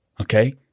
Okay